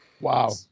Wow